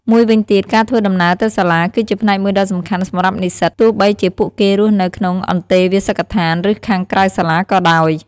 មួយវិញទៀត ការធ្វើដំណើរទៅសាលា គឺជាផ្នែកមួយដ៏សំខាន់សម្រាប់និស្សិត ទោះបីជាពួកគេរស់នៅក្នុងអន្តេវាសិកដ្ឋាន ឬខាងក្រៅសាលាក៏ដោយ។